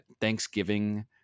Thanksgiving